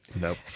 nope